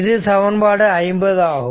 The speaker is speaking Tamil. இது சமன்பாடு 50 ஆகும்